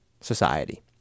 society